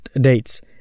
dates